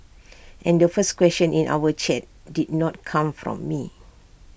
and the first question in our chat did not come from me